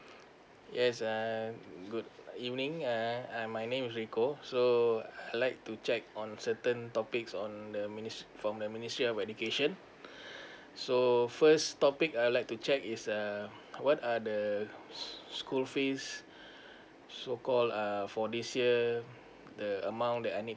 yes uh good evening uh I my name rico so uh I'd like to check on certain topics on ministry from the ministry of education so first topic I'd like to check is uh what are the school fees so call uh for this year um the amount that I need